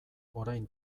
orain